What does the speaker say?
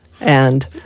and-